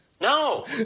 No